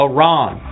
Iran